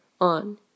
On